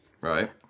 Right